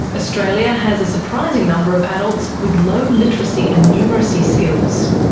australia has a surprising number of adults with low literacy and numeracy skills.